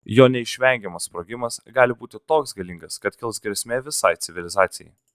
jo neišvengiamas sprogimas gali būti toks galingas kad kils grėsmė visai civilizacijai